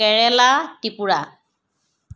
Kerala Tripura